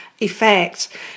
effect